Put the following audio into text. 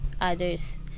others